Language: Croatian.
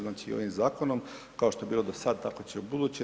Znači ovim zakonom, kao što je bilo do sada, tako će ubuduće.